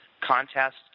contest